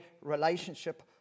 relationship